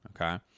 okay